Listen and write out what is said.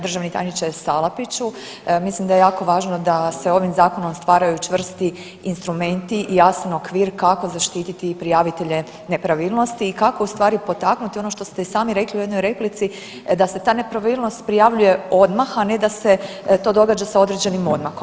Državni tajniče Salapiću, mislim da je jako važno da se ovim zakonom stvaraju čvrsti instrumenti i jasan okvir kako zaštititi prijavitelje nepravilnosti i kako u stvari potaknuti ono što ste i sami rekli u jednoj replici da se ta nepravilnost prijavljuje odmah, a ne da se to događa sa određenim odmakom.